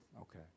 Okay